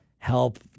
help